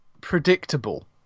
predictable